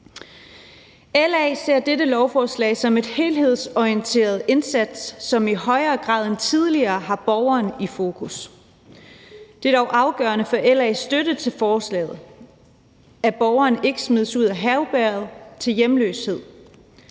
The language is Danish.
LA ser dette lovforslag som en helhedsorienteret indsats, som i højere grad end tidligere har borgeren i fokus. Det er dog afgørende for LA's støtte til forslaget, at borgeren ikke smides ud af herberget til hjemløshed,